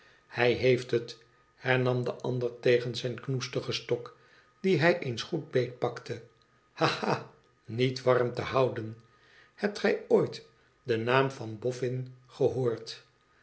ihij heeft het hernam de ander tegen zijn knoestigen stok dien hij eens goed beetpakte ha ha niet warm te houden hebt gij ooit den naam van boffin gehoord